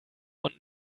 und